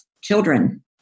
children